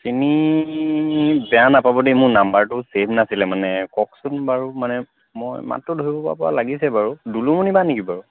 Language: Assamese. চিনি বেয়া নাপাব দেই মোৰ নাম্বাৰটো ছেভ নাছিলে মানে কওকচোন বাৰু মানে মই মাতটো ধৰিব পৰা পৰা লাগিছে বাৰু দুলুমণি বা নেকি বাৰু